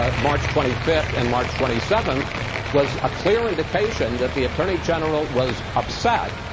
ah march twenty fifth and march twenty seventh was a clear indication that the attorney general was upset,